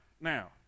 now